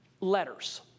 letters